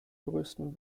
größten